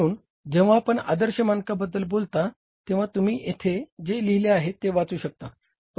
म्हणून जेव्हा आपण आदर्श मानकांबद्दल बोलता तेव्हा तुम्ही येथे जे लिहिले आहे ते वाचू शकता